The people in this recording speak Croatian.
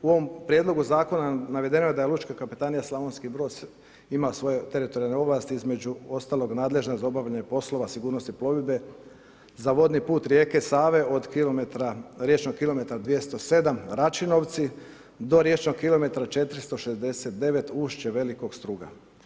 U ovom prijedlogu zakona, navedeno je da je lučka kapetanija Slavonski Brod ima svoje teritorijalne ovlasti, između ostalog nadležna za obavljanje poslova sigurnosne plovidbe za vodni put rijeke Save od riječnog kilometra 207 Račinovci, do riječnog kilometra 469 ušće Velikog Struga.